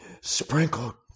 sprinkled